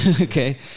okay